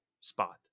spot